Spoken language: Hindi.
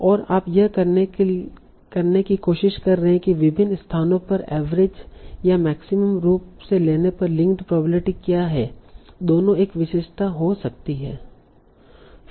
और आप यह करने की कोशिश कर रहे हैं कि विभिन्न स्थानों पर एवरेज या मैक्सिमम रूप से लेने पर लिंक प्रोअबिलिटी क्या है दोनों एक विशेषता हो सकती है